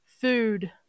food